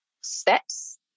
steps